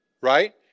right